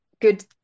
good